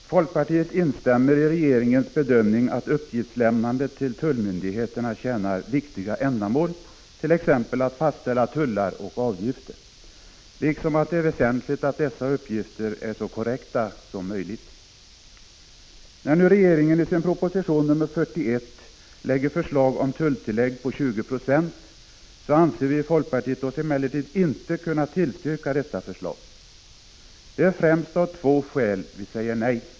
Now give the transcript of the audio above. Herr talman! Folkpartiet instämmer i regeringens bedömning att uppgiftslämnandet till tullmyndigheterna tjänar viktiga ändamål, t.ex. att fastställa tullar och avgifter, liksom att det är väsentligt att dessa uppgifter är så korrekta som möjligt. När nu regeringen i sin proposition nr 41 lägger fram ett förslag om tulltillägg på 20 90 anser vi i folkpartiet oss emellertid inte kunna tillstyrka detta förslag. Det är främst av två skäl vi säger nej.